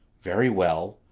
very well,